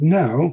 now